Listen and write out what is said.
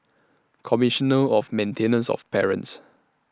Commissioner of Maintenance of Parents